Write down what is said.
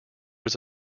was